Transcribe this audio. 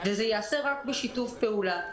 וזה ייעשה רק בשיתוף פעולה.